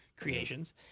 creations